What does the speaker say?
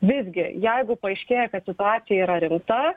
visgi jeigu paaiškėja kad situacija yra rimta